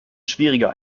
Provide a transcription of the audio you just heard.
schwieriger